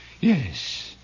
Yes